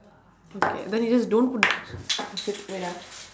okay then you just don't put shit wait ah